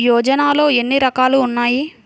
యోజనలో ఏన్ని రకాలు ఉన్నాయి?